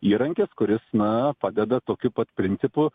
įrankis kuris na padeda tokiu pat principu